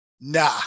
nah